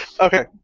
Okay